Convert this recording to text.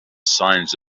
signs